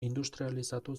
industrializatu